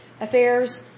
Affairs